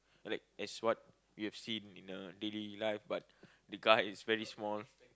like as what we have seen in the daily life but the guy is very small